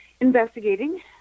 investigating